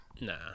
Nah